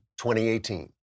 2018